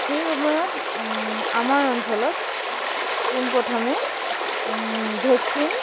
সেই সময়ত আমাৰ অঞ্চলত পোনপ্ৰথমে ভেকচিন